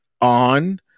on